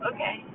Okay